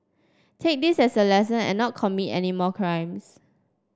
take this as a lesson and not commit any more crimes